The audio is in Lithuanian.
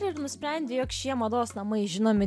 ir nusprendė jog šie mados namai žinomi